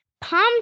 palm